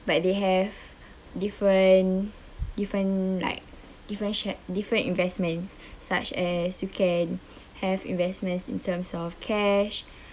but they have different different like differentiate different investments such as you can have investments in terms of cash uh